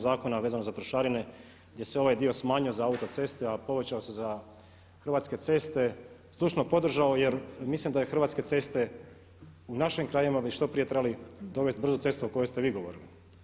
zakona vezano za trošarine gdje se ovaj dio smanjio za autoceste, a povećao se za Hrvatske ceste zdušno podržao jer mislim da Hrvatske ceste u našim krajevima već što prije trebali dovesti brzu cestu o kojoj ste govorili.